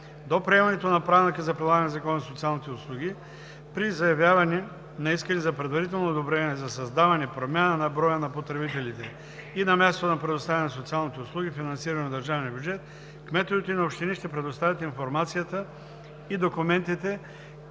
До приемането на Правилника за прилагане на Закона за социалните услуги при заявяване на искане за предварително одобрение за създаване, промяна на броя на потребителите и на мястото на предоставяне на социални услуги, финансирани от държавния бюджет, кметовете на общини ще предоставят информацията и документите,